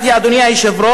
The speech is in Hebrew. אדוני היושב-ראש,